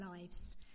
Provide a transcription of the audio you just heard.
lives